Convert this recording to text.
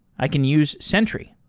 i can use sentry.